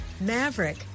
Maverick